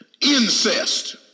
Incest